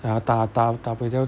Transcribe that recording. ah ta ta wei tio